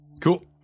Cool